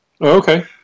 Okay